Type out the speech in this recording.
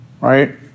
right